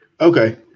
Okay